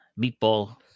Meatball